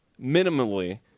minimally